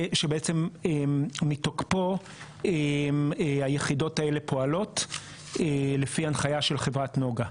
שבעצם מתוקפו היחידות האלו פועלות לפי הנחיה של חברה נגה.